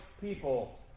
people